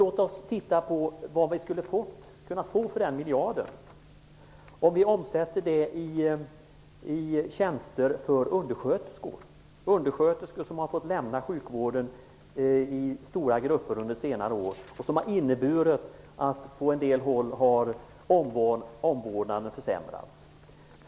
Låt oss då titta på vad vi kunde ha fått för den miljarden omsatt i tjänster för undersköterskor. Undersköterskorna har ju under senare år i stora grupper fått lämna sjukvården. Det har medfört att omvårdnaden på en del håll har försämrats.